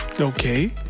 Okay